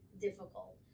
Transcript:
difficult